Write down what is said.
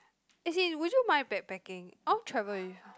as in would you mind bag packing I want travel with